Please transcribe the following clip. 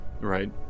right